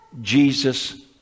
Jesus